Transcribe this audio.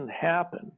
happen